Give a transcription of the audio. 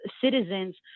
citizens